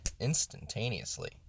instantaneously